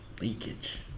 Leakage